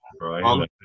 right